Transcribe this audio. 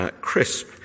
crisp